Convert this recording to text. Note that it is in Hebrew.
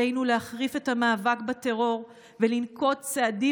עלינו להחריף את המאבק בטרור ולנקוט צעדים